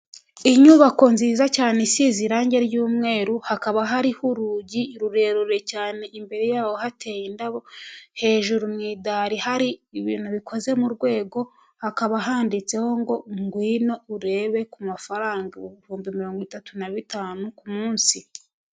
Inyubako nziza cyane isize irangi ry'umweru, hakaba hariho urugi rurerure cyane; imbere yaho hateye indabo, hejuru mu idari hari ibintu bikoze mu rwego, hakaba handitseho ngo: "Ngwino urebe ku mafaranga ibihumbi mirongo itatu na bitanu ku munsi".